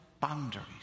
boundaries